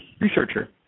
researcher